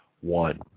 one